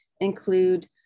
include